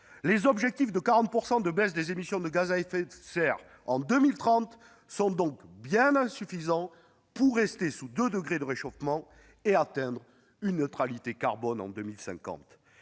L'objectif de 40 % de baisse des émissions de gaz à effet de serre en 2030 est donc bien insuffisant pour rester sous 2 degrés de réchauffement et atteindre une neutralité carbone en 2050.